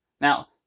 Now